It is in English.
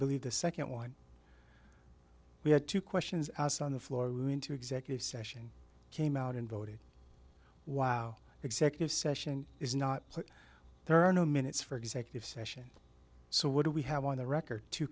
believe the second one we had two questions asked on the floor into executive session came out and voted wow executive session is not that there are no minutes for executive session so what do we have on the record two